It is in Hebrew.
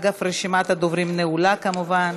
אגב, רשימת הדוברים נעולה, כמובן.